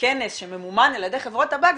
בכנס שממומן על ידי חברות טבק,